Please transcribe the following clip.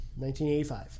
1985